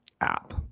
app